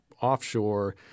offshore